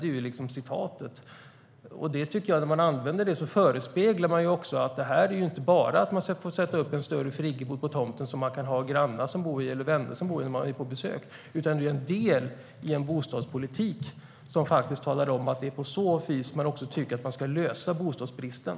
Jag tycker att när man säger det säger man att det inte bara handlar om att människor får sätta upp en större friggebod på tomten där grannar eller vänner som kommer på besök kan bo. Det är också en del i en bostadspolitik där man faktiskt talar om att det är på så vis man tycker att man ska komma till rätta bostadsbristen.